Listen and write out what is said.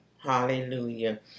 Hallelujah